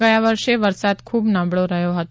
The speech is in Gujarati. ગયા વર્ષે વરસાદ ખૂબ નબળો રહ્યો હતો